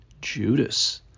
Judas